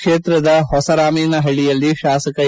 ಕ್ಷೇತ್ರದ ಹೊಸರಾಮೇನಪಳ್ಳಿಯಲ್ಲಿ ಶಾಸಕ ಎ